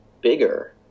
bigger